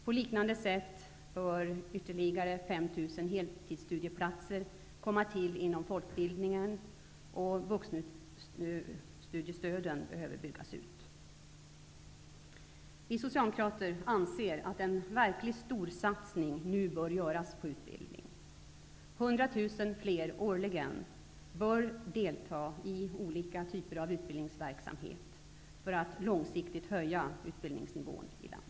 På liknande sätt bör ytterligare 5 000 heltidsstudieplatser komma till inom folkbildningen, och vuxenstudiestöden behöver byggas ut. Vi socialdemokrater anser att en verklig storsatsning nu bör göras på utbildning. 100 000 fler årligen bör delta i olika typer av utbildningsverksamhet för att vi långsiktigt skall höja utbildningsnivån i landet.